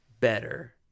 better